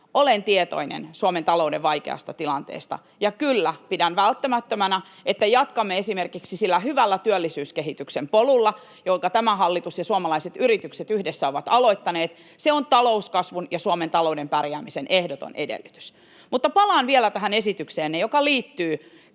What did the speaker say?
Olen tietoinen Suomen talouden vaikeasta tilanteesta, ja kyllä, pidän välttämättömänä, että jatkamme esimerkiksi sillä hyvällä työllisyyskehityksen polulla, jonka tämä hallitus ja suomalaiset yritykset yhdessä ovat aloittaneet. Se on talouskasvun ja Suomen talouden pärjäämisen ehdoton edellytys. Mutta palaan vielä tähän esitykseenne, joka liittyy